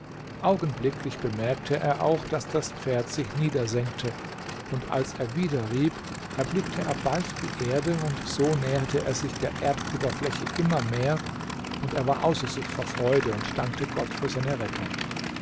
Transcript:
augenblicklich bemerkte er auch daß das pferd sich niedersenkte und als er wieder rieb erblickte er bald die erde und so näherte er sich der erdoberfläche immer mehr und er war außer sich vor freude und dankte gott für seine rettung